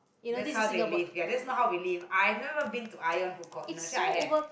that's how they live ya that's not how we live I've never been to Ion food court no actually I have